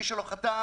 מי שלא חתם,